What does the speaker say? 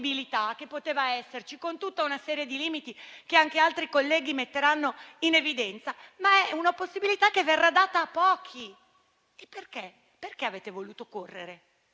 che poteva esserci, con tutta una serie di limiti che anche altri colleghi metteranno in evidenza, diventa una possibilità che verrà data a pochi. Perché avete voluto correre?